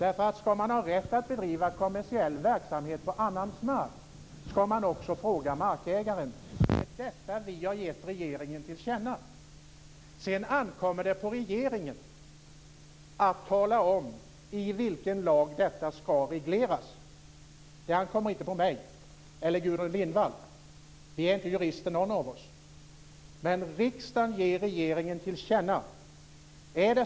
Om man ska ha rätt att bedriva kommersiell verksamhet på någon annans mark ska man också fråga markägaren. Det är det som vi har gett regeringen till känna. Sedan ankommer det på regeringen att tala om i vilken lag detta ska regleras. Det ankommer inte på mig eller Gudrun Lindvall. Ingen av oss är jurister. Det handlar om att riksdagen ger regeringen till känna.